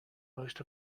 most